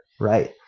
right